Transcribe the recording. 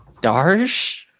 Darsh